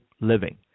Living